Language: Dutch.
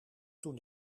toen